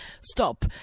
stop